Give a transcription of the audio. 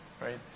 right